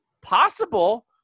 possible